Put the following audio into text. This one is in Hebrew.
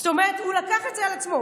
זאת אומרת שהוא לקח את זה על עצמו.